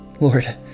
Lord